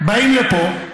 באים לפה,